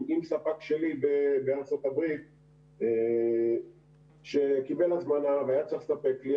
ספק שלי בארצות הברית קיבל הזמנה והיה צריך לספק לי,